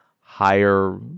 higher